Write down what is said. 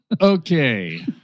Okay